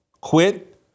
quit